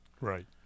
Right